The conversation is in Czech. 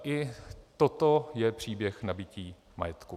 I toto je příběh nabytí majetku.